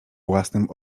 własnym